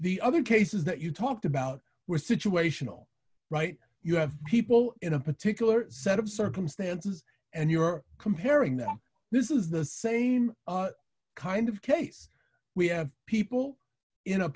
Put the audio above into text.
the other cases that you talked about were situational right you have people in a particular set of circumstances and you're comparing them this is the same kind of case we have people in a